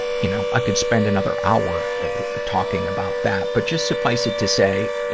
you know, i could spend another hour talking about that. but just suffice it to say, you